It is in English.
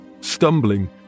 Stumbling